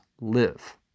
live